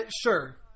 Sure